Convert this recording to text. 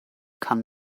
kann